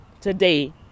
today